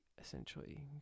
essentially